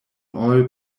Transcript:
all